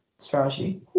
Strategy